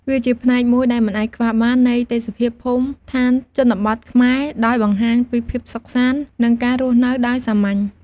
វាជាផ្នែកមួយដែលមិនអាចខ្វះបាននៃទេសភាពភូមិដ្ឋានជនបទខ្មែរ ដោយបង្ហាញពីភាពសុខសាន្ត និងការរស់នៅដោយសាមញ្ញ។